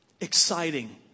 exciting